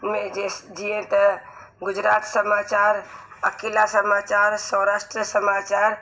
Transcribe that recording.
में जेस जीअं त गुजरात समाचार अकीला समाचार सौराष्ट्र समाचार